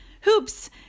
hoops